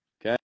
Okay